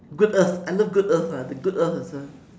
good earth I love good earth ah the good earth also